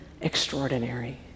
extraordinary